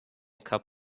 cup